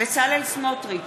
בצלאל סמוטריץ,